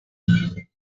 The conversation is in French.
unis